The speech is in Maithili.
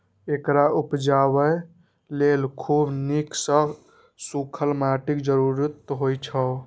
एकरा उपजाबय लेल खूब नीक सं सूखल माटिक जरूरत होइ छै